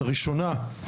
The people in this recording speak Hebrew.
הראשונה,